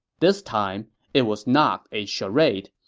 this time, it was not a charade.